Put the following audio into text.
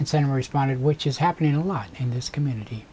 and sam responded which is happening a lot in this community